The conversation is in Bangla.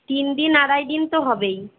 তিন দিন আড়াই দিন তো হবেই